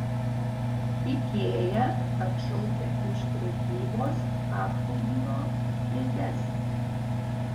ikea atšaukia iš prekybos paplūdimio kėdes